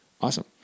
Awesome